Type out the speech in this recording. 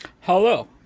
Hello